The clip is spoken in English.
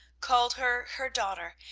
called her her daughter,